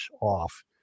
off